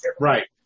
Right